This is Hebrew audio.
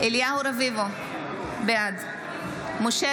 רביבו, בעד משה